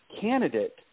candidate –